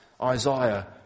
Isaiah